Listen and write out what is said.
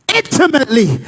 intimately